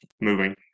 moving